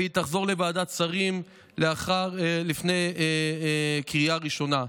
והיא תחזור לוועדת השרים לפני קריאה ראשונה.